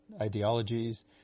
ideologies